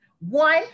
one